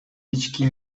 ички